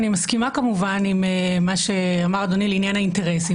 אני מסכימה כמובן עם מה שאמר אדוני לעניין האינטרסים.